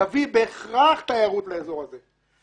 תביא בהכרח תיירות לאזור הזה.